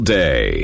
day